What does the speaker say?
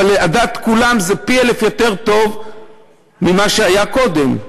אבל על דעת כולם זה פי-אלף יותר טוב ממה שהיה קודם.